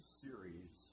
series